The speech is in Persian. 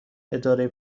اداره